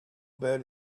bet